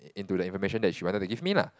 into the information that she wanted to give me lah